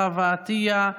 חווה עטיה,